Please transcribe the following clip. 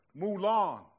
Mulan